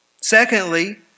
Secondly